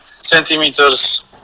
centimeters